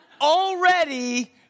already